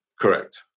Correct